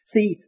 See